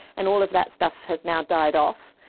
and all of that stuff has now died off.